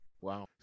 Wow